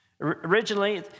Originally